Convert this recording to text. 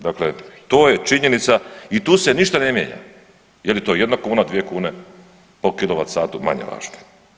Dakle, to je činjenica i tu se ništa ne mijenja jel je to jedna kuna, dvije kune po kilovat satu manje važno.